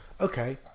Okay